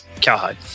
Cowhide